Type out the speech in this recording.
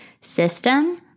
system